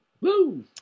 Woo